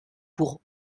pour